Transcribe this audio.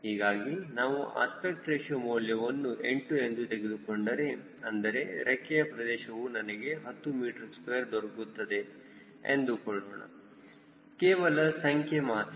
ಹೀಗಾಗಿ ನಾವು aspect ratio ಮೌಲ್ಯವನ್ನು 8 ಎಂದು ತೆಗೆದುಕೊಂಡರೆ ಅಂದರೆ ರೆಕ್ಕೆಯ ಪ್ರದೇಶವು ನನಗೆ 10 m2 ದೊರಕುತ್ತದೆ ಎಂದುಕೊಳ್ಳೋಣ ಕೇವಲ ಸಂಖ್ಯೆ ಮಾತ್ರ